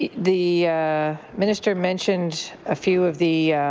the minister mentioned a few of the